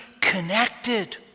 connected